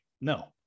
no